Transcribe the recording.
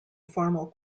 formal